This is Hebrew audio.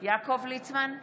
יעקב ליצמן,